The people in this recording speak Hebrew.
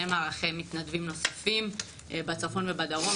מערכי מתנדבים נוספים בצפון ובדרום,